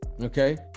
okay